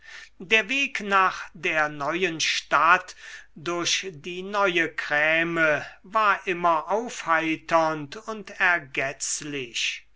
der weg nach der neuen stadt durch die neue kräme war immer aufheiternd und